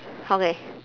okay